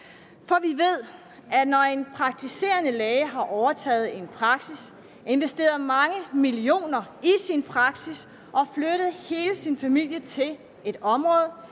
Og vi ved, at når en praktiserende læge har overtaget en praksis, investeret mange millioner kroner i sin praksis og flyttet hele sin familie til et område,